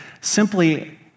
simply